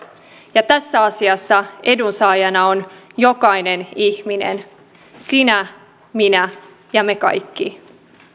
ja tässä asiassa edunsaajana on jokainen ihminen sinä minä ja me kaikki